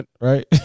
right